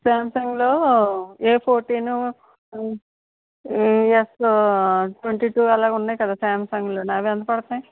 Samsung లో A fourteen S twenty two అలాగా ఉన్నాయి కదా సామ్సాంగ లో అవి ఎంత పడతాయి